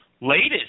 Latest